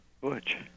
Butch